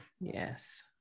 Yes